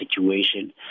situation